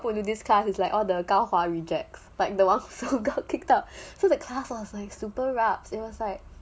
into this class is like all the 高华 rejects like the one so got kicked out so the class was like super rabz it was like